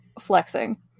flexing